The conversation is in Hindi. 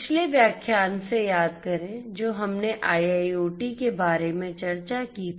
पिछले व्याख्यान से याद करें जो हमने IIoT के बारे में चर्चा की थी